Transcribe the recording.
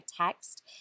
text